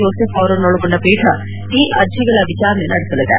Joseph ಅವರನ್ನು ಒಳಗೊಂಡ ಪೀಠ ಈ ಅರ್ಜಿಗಳ ವಿಚಾರಣೆ ನಡೆಸಲಿದೆ